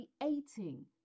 creating